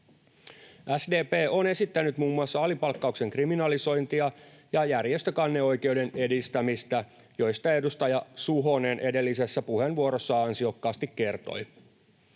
SDP on esittänyt muun muassa alipalkkauksen kriminalisointia ja järjestökanneoikeuden edistämistä, joista edustaja Suhonen edellisessä puheenvuorossa ansiokkaasti kertoi.